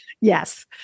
Yes